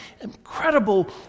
incredible